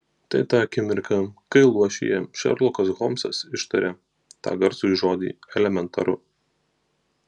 tai ta akimirka kai luošyje šerlokas holmsas ištaria tą garsųjį žodį elementaru